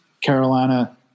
Carolina